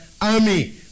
army